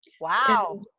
Wow